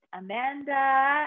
Amanda